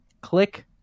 click